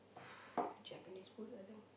Japanese food I think